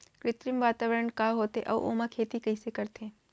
कृत्रिम वातावरण का होथे, अऊ ओमा खेती कइसे करथे?